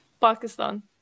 Pakistan